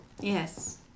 Yes